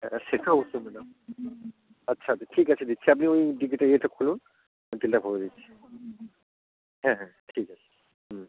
হ্যাঁ সে তো অবশ্যই ম্যাডাম আচ্ছা আচ্ছা ঠিক আছে দিচ্ছি আপনি ওই ডিকিটাকে একটু খুলুন আমি তেলটা ভরে দিচ্ছি হ্যাঁ হ্যাঁ ঠিক আছে হুম